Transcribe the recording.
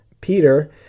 Peter